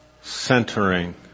centering